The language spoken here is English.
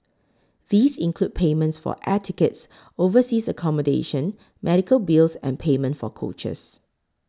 these include payments for air tickets overseas accommodation medical bills and payment for coaches